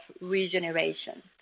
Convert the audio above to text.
regeneration